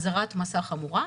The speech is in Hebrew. אזהרת מסע חמורה,